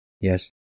Yes